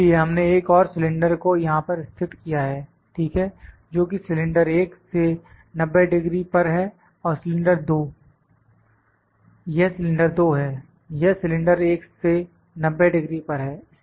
इसलिए हमने एक और सिलेंडर को यहां पर स्थित किया है ठीक है जोकि सिलेंडर 1 से 90 डिग्री पर है और सिलेंडर 2 यह सिलेंडर 2 है यह सिलेंडर 1 से 90 डिग्री पर है